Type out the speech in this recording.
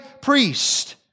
priest